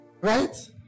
Right